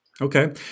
Okay